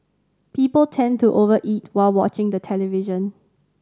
people tend to over eat while watching the television